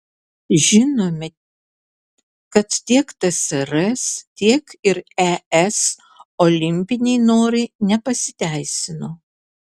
žinome kad tiek tsrs tiek ir es olimpiniai norai nepasiteisino